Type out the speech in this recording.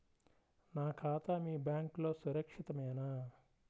నా ఖాతా మీ బ్యాంక్లో సురక్షితమేనా?